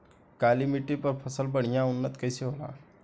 काली मिट्टी पर फसल बढ़िया उन्नत कैसे होला?